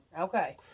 Okay